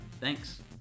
thanks